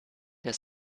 der